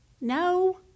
No